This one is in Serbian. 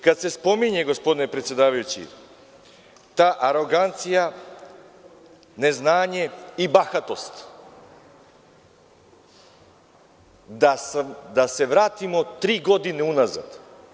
Kada se spominje, gospodine predsedavajući, ta arogancija, neznanje i bahatost, da se vratimo tri godine unazad.